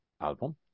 album